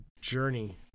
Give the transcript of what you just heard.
journey